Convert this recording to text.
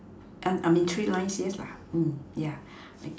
I mean three lines yes lah mm yeah okay